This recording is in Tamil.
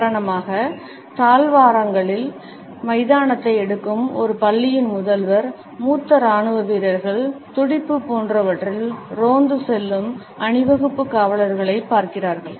உதாரணமாக பள்ளியின் முதல்வர் மைதானத்தை பார்ப்பதும் மூத்த இராணுவ வீரர்கள் துடிப்பு போன்றவற்றில் ரோந்து செல்லும் அணிவகுப்பு காவலர்களை பார்க்கிறார்கள்